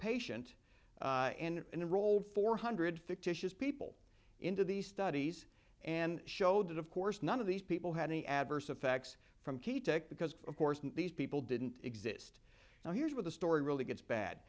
patient and it rolled four hundred fictitious people into these studies and showed that of course none of these people had any adverse effects from key tech because of course these people didn't exist and here's where the story really gets bad